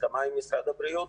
בהסכמה עם משרד הבריאות,